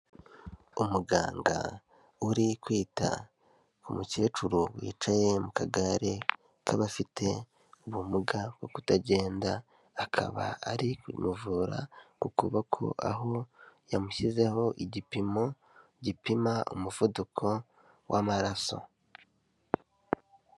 Umuganga uri kwita ku mukecuru wicaye mu kagare k'abafite ubumuga bwo kutagenda, akaba ari kumuvura ku kuboko, aho yamushyizeho igipimo gipima umuvuduko w'amaraso.